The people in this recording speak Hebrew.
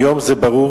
היום זה ברור